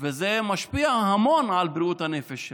וזה משפיע המון על בריאות הנפש שלהם.